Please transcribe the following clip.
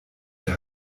der